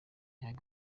young